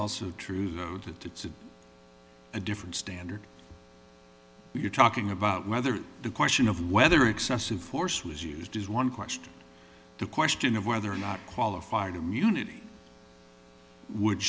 also true that it's a different standard we're talking about whether the question of whether excessive force was used is one question the question of whether or not qualified immunity would